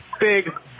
Big